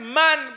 man